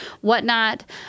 whatnot